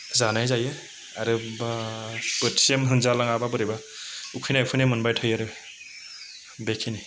जानाय जायो आरो बा बोथिसे मोनजालाङाब्ला बोरैबा उखैनाय उखैनाय मोनबाय थायो आरो बेखिनि